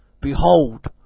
behold